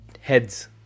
heads